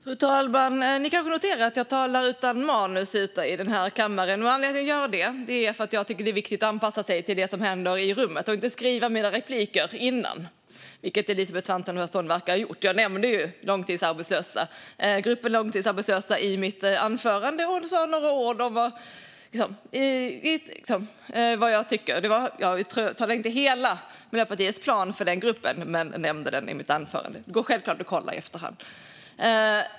Fru talman! Ni kanske noterar att jag talar utan manus här i kammaren. Anledningen till att jag gör det är att jag tycker att det är viktigt att anpassa sig till det som händer i rummet. Jag vill inte skriva mina repliker i förväg, vilket Elisabeth Svantesson verkar ha gjort. Jag nämnde gruppen långtidsarbetslösa i mitt anförande och sa några ord om vad jag tycker. Jag tog inte upp hela Miljöpartiets plan för denna grupp, men jag nämnde den i mitt anförande. Det går självklart att kolla i efterhand.